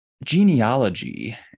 genealogy